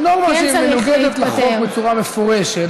היא נורמה שמנוגדת לחוק בצורה מפורשת,